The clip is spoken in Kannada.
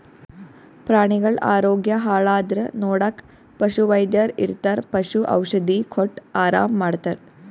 ಪ್ರಾಣಿಗಳ್ ಆರೋಗ್ಯ ಹಾಳಾದ್ರ್ ನೋಡಕ್ಕ್ ಪಶುವೈದ್ಯರ್ ಇರ್ತರ್ ಪಶು ಔಷಧಿ ಕೊಟ್ಟ್ ಆರಾಮ್ ಮಾಡ್ತರ್